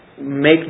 make